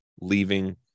leaving